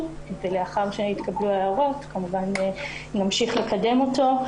ולאחר שיתקבלו ההערות כמובן נמשיך לקדם אותו.